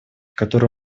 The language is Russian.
которые